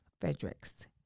Fredericks